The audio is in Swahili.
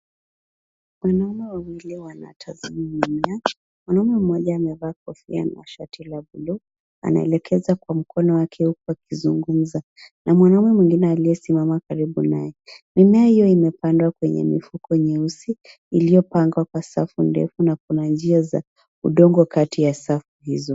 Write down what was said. Wanaume wawili wanatazama mmea. Mwanaume mmoja amevaa kofia na shati la buluu, anaelekeza kwa mkono wake huku wakizungumza na mwanaume mwingine aliyesimama karibu naye. Mimea hiyo imepandwa kwenye mifuko nyeusi iliyopangwa kwa safu ndefu na kuna njia za udongo kati ya safu hizo.